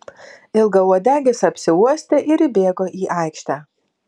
ilgauodegis apsiuostė ir įbėgo į aikštę